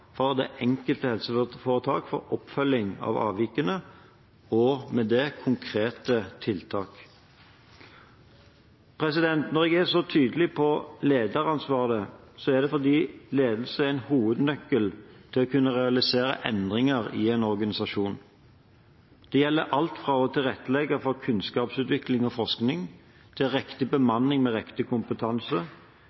for det enkelte helseforetak for oppfølging av avvikene, herunder konkrete tiltak. Når jeg er så tydelig på lederansvar, er det fordi ledelse er en hovednøkkel til å kunne realisere endringer i en organisasjon. Det gjelder alt fra å tilrettelegge for kunnskapsutvikling og forskning til